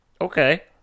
okay